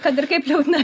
kad ir kaip liūdna